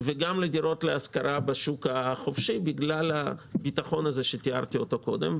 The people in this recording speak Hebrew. וגם לדירות להשכרה בשוק החופשי בגלל הביטחון שתיארתי קודם.